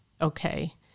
okay